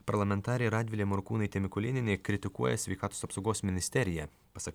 parlamentarė radvilė morkūnaitė mikulėnienė kritikuoja sveikatos apsaugos ministerija pasak